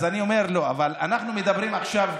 אבל אנחנו מדברים עכשיו,